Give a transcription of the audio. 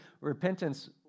repentance